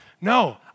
No